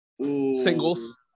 Singles